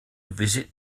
visit